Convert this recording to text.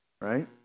right